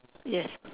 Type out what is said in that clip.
yes